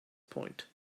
point